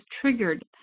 triggered